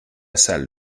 salle